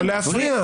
לא להפריע.